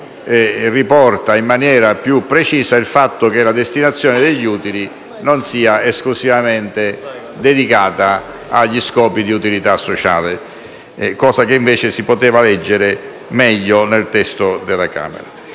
del Senato riporta in maniera più precisa il fatto che la destinazione degli utili non sia esclusivamente dedicata agli scopi di utilità sociale, cosa che invece si poteva leggere meglio nel testo della Camera.